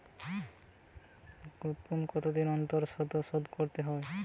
Group loan কতদিন অন্তর শোধকরতে হয়?